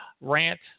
rant